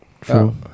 True